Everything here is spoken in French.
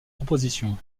proposition